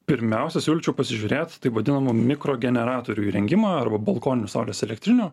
pirmiausia siūlyčiau pasižiūrėt taip vadinamų mikro generatorių įrengimą arba balkoninių saulės elektrinių